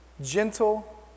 gentle